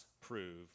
prove